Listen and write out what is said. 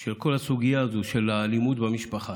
של כל הסוגיה הזו של האלימות במשפחה